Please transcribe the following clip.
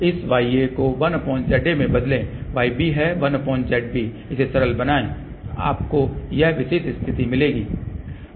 तो बस इस ya को 1za में बदलें yb है 1zb इसे सरल बनाएं आपको यह विशेष स्थिति मिलेगी